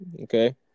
Okay